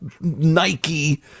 Nike